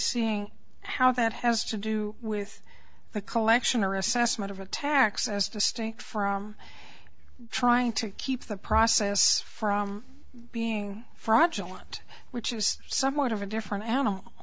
seeing how that has to do with the collection or assessment of a tax as distinct from trying to keep the process from being fraudulent which is somewhat of a different now